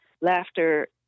laughter